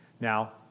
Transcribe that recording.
Now